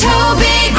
Toby